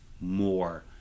more